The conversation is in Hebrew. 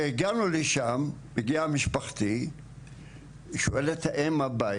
כשהגענו לשם, הגיעה משפחתי, היא שואלת את אם הבית,